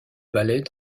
ballet